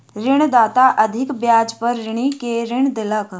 ऋणदाता अधिक ब्याज पर ऋणी के ऋण देलक